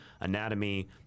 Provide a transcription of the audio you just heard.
anatomy